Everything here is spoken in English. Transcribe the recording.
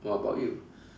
what about you